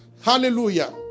hallelujah